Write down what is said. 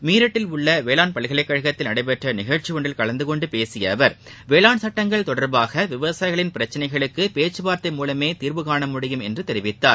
மீரட்டில் உள்ள வேளாண் பல்கலைக்கழகத்தில் நடைபெற்ற நிகழ்ச்சி ஒன்றில் கலந்துகொண்டு பேசிய அவர் வேளாண் சட்டங்கள் தொடர்பாக விவசாயிகளின் பிரச்சினைகளுக்கு பேச்சுவார்த்தை மூலமே தீர்வு காணமுடியும் என்று தெரிவித்தார்